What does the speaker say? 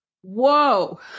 Whoa